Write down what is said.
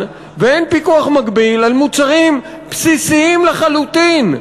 ואין פיקוח מקביל על מוצרים בסיסיים לחלוטין,